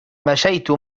مشيت